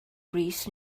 brys